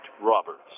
Roberts